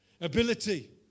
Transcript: ability